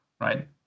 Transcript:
right